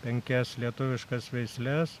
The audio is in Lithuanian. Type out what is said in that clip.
penkias lietuviškas veisles